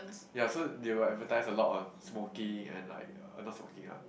ya so they will advertise a lot of smoking and like uh not smoking ah